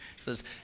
says